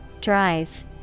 Drive